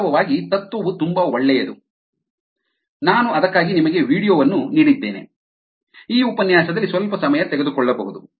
ವಾಸ್ತವವಾಗಿ ತತ್ವವು ತುಂಬಾ ಒಳ್ಳೆಯದು ನಾನು ಅದಕ್ಕಾಗಿ ನಿಮಗೆ ವೀಡಿಯೊ ವನ್ನು ನೀಡಿದ್ದೇನೆ ಈ ಉಪನ್ಯಾಸದಲ್ಲಿ ಸ್ವಲ್ಪ ಸಮಯ ತೆಗೆದುಕೊಳ್ಳಬಹುದು